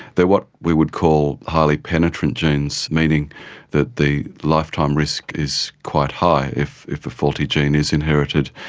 they are what we would call highly penetrant genes, meaning that the lifetime risk is quite high if if a faulty gene is inherited.